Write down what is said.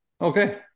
okay